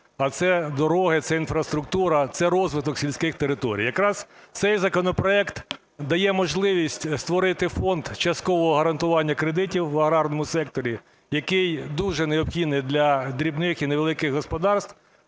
а це дороги, це інфраструктура, це розвиток сільських територій. Якраз цей законопроект дає можливість створити Фонд часткового гарантування кредитів в аграрному секторі, який дуже необхідний для дрібних і невеликих господарств